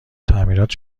تعمیرات